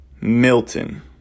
Milton